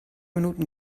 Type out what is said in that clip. minuten